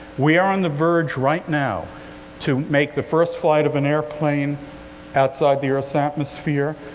we are on the verge right now to make the first flight of an airplane outside the earth's atmosphere.